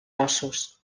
ossos